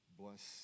bless